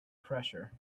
pressure